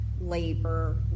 labor